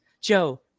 Joe